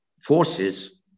forces